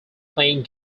playing